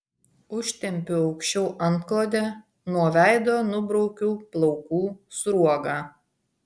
užtempiu aukščiau antklodę nuo veido nubraukiu plaukų sruogą